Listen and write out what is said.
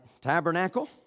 Tabernacle